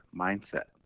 mindset